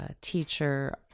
teacher